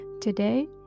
Today